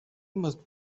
must